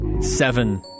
seven